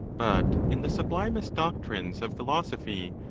but in the sublimest doctrines of philosophy,